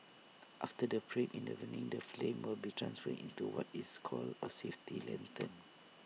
after the parade in the evening the flame will be transferred into what is called A safety lantern